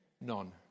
none